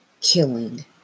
killing